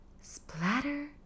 splatter